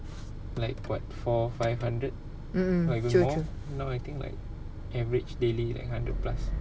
mm mm true true